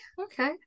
okay